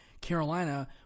Carolina